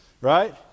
right